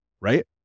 Right